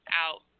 out